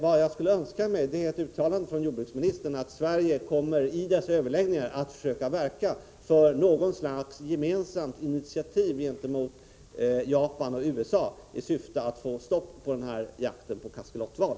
Vad jag önskar mig är ett ning för A uttalande från jordbruksministern att Sverige vid dessa överläggningar traktorer kommer att försöka verka för något slags gemensamt initiativ gentemot Japan och USA i syfte att få stopp på jakten på kaskelotval.